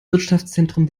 wirtschaftszentrum